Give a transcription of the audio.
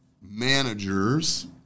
managers